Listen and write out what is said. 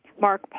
Mark